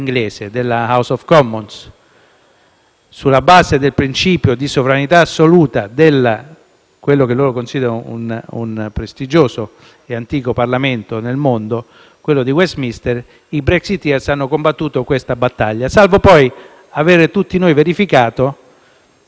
Sulla base del principio di sovranità assoluta di quello che loro considerano un prestigioso e antico Parlamento nel mondo, quello di Westminster, i *brexiteer* hanno combattuto questa battaglia. Tuttavia, tutti noi abbiamo verificato che lo stesso Parlamento